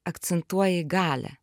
akcentuoji galią